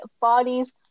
bodies